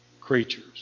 creatures